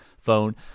phone